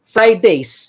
Fridays